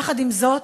יחד עם זאת,